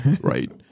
right